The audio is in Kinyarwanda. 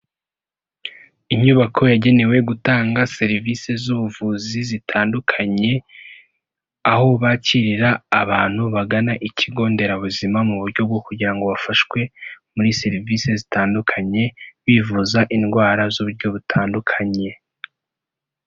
Inyubako yagenewe gutanga serivisi z'ubuvuzi zitandukanye aho bakirira abantu bagana ikigo nderabuzima mu buryo bwo kugira ngo bafashwe muri serivisi zitandukanye bivuza indwara z'uburyo butandukanye.